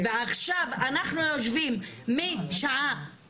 ועכשיו אנחנו יושבים מהשעה